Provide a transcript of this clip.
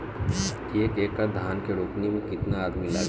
एक एकड़ धान के रोपनी मै कितनी आदमी लगीह?